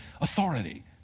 authority